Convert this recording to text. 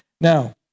Now